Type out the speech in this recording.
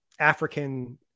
African